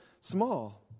small